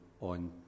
on